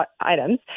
items